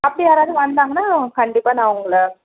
அப்படி யாராவது வந்தாங்கன்னால் கண்டிப்பாக நான் உங்களை